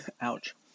Ouch